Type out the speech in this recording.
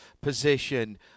position